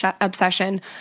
obsession